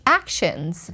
actions